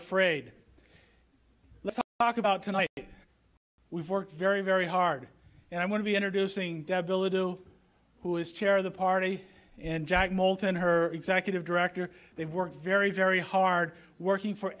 afraid let's talk about tonight we've worked very very hard and i'm going to be introducing dad belittle who is chair of the party and jack moulton her executive director they work very very hard working for